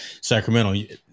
Sacramento